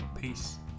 Peace